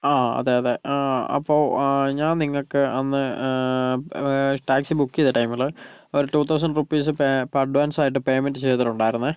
ആ അതെ അതെ അപ്പോൾ ഞാൻ നിങ്ങൾക്ക് അന്ന് ടാക്സി ബുക്ക് ചെയ്ത ടൈമില് ഒരു two thousand rupees pay advance ആയിട്ട് പേയ്മെന്റ് ചെയ്തിട്ടുണ്ടാരുന്നു